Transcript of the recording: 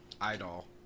Idol